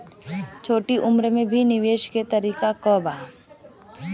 छोटी उम्र में भी निवेश के तरीका क बा?